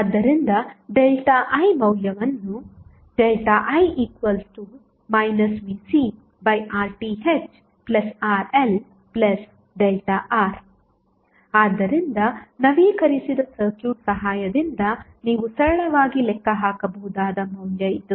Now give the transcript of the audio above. ಆದ್ದರಿಂದΔI ಮೌಲ್ಯವನ್ನು I VcRThRLR ಆದ್ದರಿಂದ ನವೀಕರಿಸಿದ ಸರ್ಕ್ಯೂಟ್ ಸಹಾಯದಿಂದ ನೀವು ಸರಳವಾಗಿ ಲೆಕ್ಕ ಹಾಕಬಹುದಾದ ಮೌಲ್ಯ ಇದು